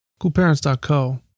Coolparents.co